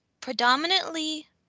predominantly